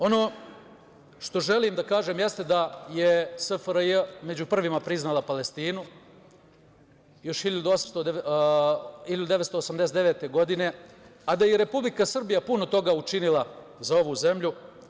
Ono što želim da kažem jeste da je SFRJ među prvima priznala Palestinu još 1989. godine, a da je i Republika Srbija puno toga učinila za ovu zemlju.